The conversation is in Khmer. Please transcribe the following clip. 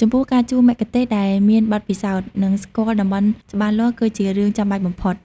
ចំពោះការជួលមគ្គុទ្ទេសក៍ដែលមានបទពិសោធន៍ និងស្គាល់តំបន់ច្បាស់លាស់គឺជារឿងចាំបាច់បំផុត។